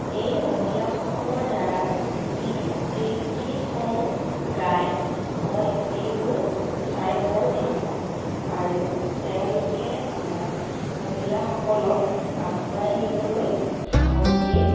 এই মহিলাসকলৰ দ্বাৰাই যি এই গীতসমূহ গাই মই এইবোৰ চাই বৰ ভাল পাওঁ আৰু তেওঁলোকে আমাক মহিলাসকলক আগুৱাই নিবলৈ সাহস দিয়ে